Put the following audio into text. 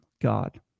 God